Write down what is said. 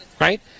right